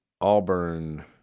Auburn